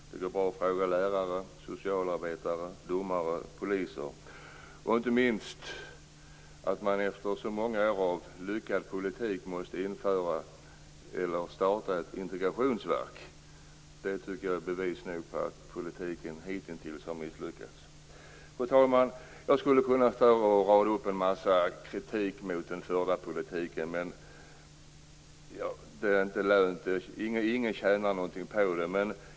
Det går bra att fråga lärare, socialarbetare, domare och poliser. Inte minst kan vi se det av att man efter så många år av lyckad politik måste starta ett integrationsverk. Det tycker jag är bevis nog på att politiken hittills har misslyckats. Fru talman! Jag skulle kunna rada upp en massa kritik mot den förda politiken, men det är inte lönt. Ingen tjänar något på det.